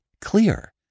clear